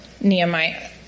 Nehemiah